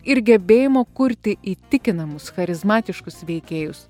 ir gebėjimo kurti įtikinamus charizmatiškus veikėjus